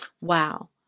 wow